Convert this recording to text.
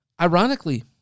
Ironically